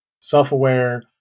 self-aware